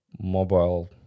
mobile